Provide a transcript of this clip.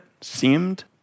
seemed